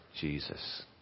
Jesus